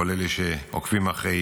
כל אלה שעוקבים אחרי